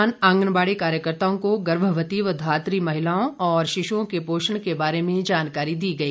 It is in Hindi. इस दौरान आंगनबाड़ी कार्यकर्ताओं को गर्भवती व धात्री महिलााओं और शिशुओं के पोषण के बारे जानकारी दी गई